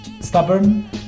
stubborn